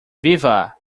viva